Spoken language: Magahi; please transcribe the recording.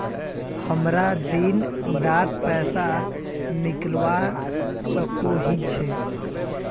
हमरा दिन डात पैसा निकलवा सकोही छै?